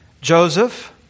Joseph